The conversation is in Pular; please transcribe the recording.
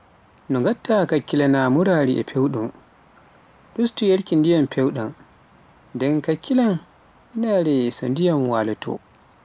no ngatta kakkilanaa murari e fewɗum, ɗustu yarki ndiyam fewdan, nden hakkilan inaare so ndiyam walooto.